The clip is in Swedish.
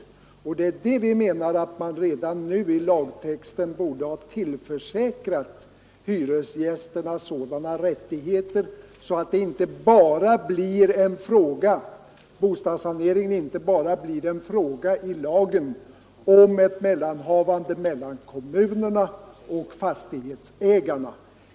Vi anser att man redan nu borde i lagtexten tillförsäkra hyresgästerna sådana rättigheter att bostadssaneringen inte blir i lagens mening bara ett mellanhavande mellan kommunerna och fastighetsägarna.